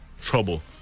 trouble